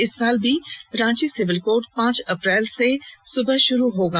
इस साल भी रांची सिविल कोर्ट पांच अप्रैल से सुबह से शुरू होगा